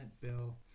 Bill